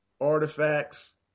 artifacts